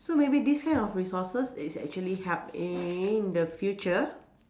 so maybe these kind of resources is actually help in the future